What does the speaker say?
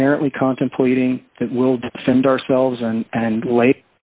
apparently contemplating that will defend ourselves and and la